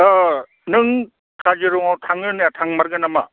अ नों काजिरङायाव थांनो होन्नाया थांमारगोन नामा